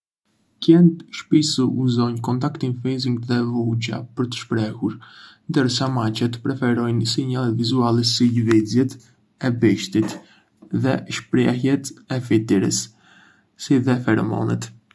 Qentë shpissu uzonj kontaktin fizik dhe vuxha për të shprehur, ndërsa macet preferojnë sinjalet vizuale si lëvizjet e bishtit dhe shprehjet e fytyrës, si dhe feromonët.